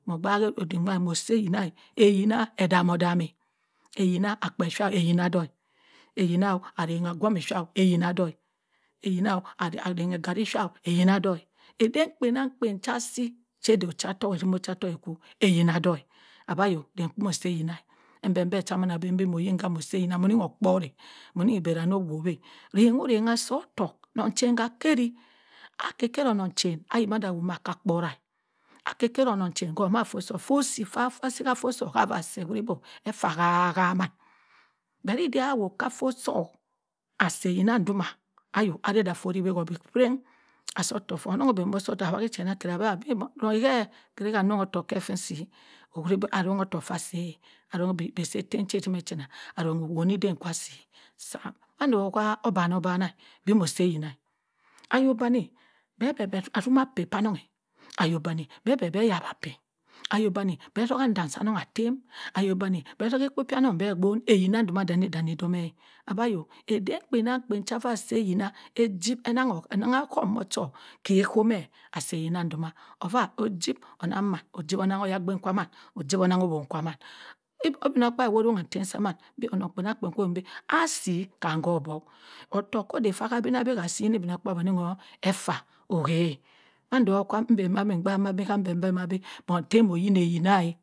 Moh gbaha odik duma moh say ayinah ayina edamo dumeh akpe cha eyina doh ayina arengho ogwomi soh eyina doh eyina arenghe egarri sha oh eyina ekbe kpenang kpen sah si che ochahtohk ozimoh chatohk okwo eyina doh abah yoh bong kuh moh say ayina embembe samanbi moh yinga moh seh ayina moh nioh kporeh mohni ibeh danny owoweh roghe rongha soh otohk onong chein ha kehri akeh keh onong chen ayi mah duh woh mah akah kporah akeh kerohnong chen koh si kah vah si oruhabi efah kaham ahama but idia awoh kah foh soh asah eyina duma ehyoh areh dah foh eni hoh bob keren osoh otoh foh onong amanbi osoh foh h daho wahi chen abahe bi roihe ohun kam nongho tohk keh kin si ohuri boh arongho toh fah say arom bi ebeh say tem ozino chinah arong owoni den cha si sah mahn woh odaha fah obanoba na bi moh say eyina ayo bani beh h beh azima peh sanonghe ayobani beh beh ayawapeh ayo bani beh zoha ndam sohnong utem ayobani beh zoha ekpo sonong agbon ayineh dani dani domeh abahyoh eden kpenamkpen sah vah si eyina ejib enangho enang kuh moh chom keh kooh meh asay eyina duma ovah ojib onanghaman onangha oyagbin saman ojibwo nanghowone saman ibimogkpaabi onongha tem samman bi onong kpenangkpem koh rongha beni be asi kahm ho boug ottohk kodey kah ha binah si bi igbimogkpaabi ho effa ohey mando wah kwo imi bah mahu bi bong tey moh yineh eyinahey